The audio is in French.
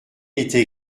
était